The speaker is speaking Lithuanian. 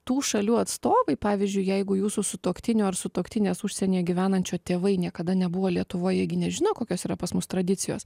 tų šalių atstovai pavyzdžiui jeigu jūsų sutuoktinio ar sutuoktinės užsienyje gyvenančio tėvai niekada nebuvo lietuvoje gi nežino kokios yra pas mus tradicijos